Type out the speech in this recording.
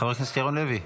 חבר הכנסת ירון לוי.